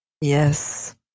Yes